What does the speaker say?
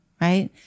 right